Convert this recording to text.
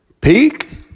Peak